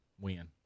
win